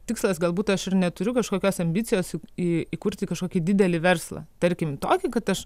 tikslas galbūt aš ir neturiu kažkokios ambicijos į įkurti kažkokį didelį verslą tarkim tokį kad aš